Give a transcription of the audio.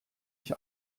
ich